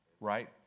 right